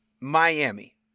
Miami